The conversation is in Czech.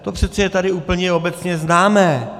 To přeci je tady úplně obecně známé.